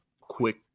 quick